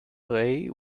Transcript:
pray